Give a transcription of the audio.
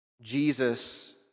Jesus